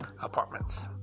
Apartments